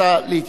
לא.